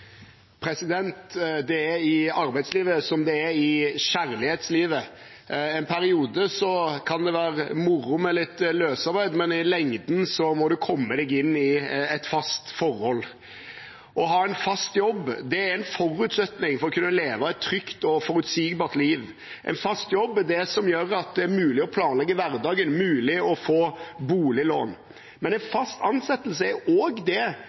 i arbeidslivet som i kjærlighetslivet: En periode kan det være moro med litt løsarbeid, men i lengden må du komme deg inn i et fast forhold. Å ha en fast jobb er en forutsetning for å kunne leve et trygt og forutsigbart liv. En fast jobb er det som gjør at det er mulig å planlegge hverdagen, mulig å få boliglån, men en fast ansettelse er også det